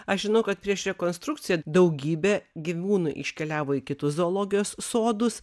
aš žinau kad prieš rekonstrukciją daugybė gyvūnų iškeliavo į kitus zoologijos sodus